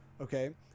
okay